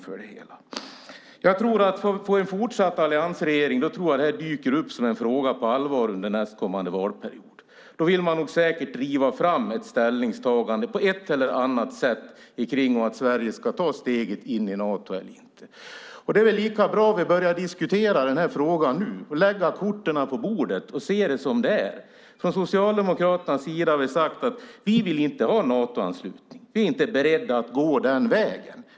Om vi får en alliansregering även i fortsättningen tror jag att denna fråga dyker upp på allvar under kommande mandatperiod. Då vill man säkert, på ett eller annat sätt, driva fram ett ställningstagande om Sverige ska ta steget in i Nato eller inte. Därför är det väl lika bra att vi börjar diskutera frågan redan nu, lägger korten på bordet och ser på det hela för vad det är. Från Socialdemokraternas sida har vi sagt att vi inte vill ha en Natoanslutning. Vi är inte beredda att gå den vägen.